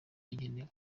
yagenewe